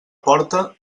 porta